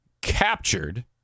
captured